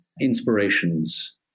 inspirations